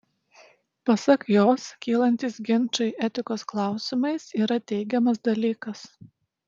pasak jos kylantys ginčai etikos klausimais yra teigiamas dalykas